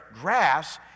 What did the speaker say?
grass